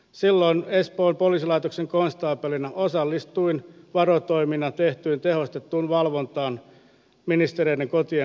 silloin espoon poliisilaitoksen konstaapelina osallistuin varotoimena tehtyyn tehostettuun valvontaan ministereiden kotien läheisyydessä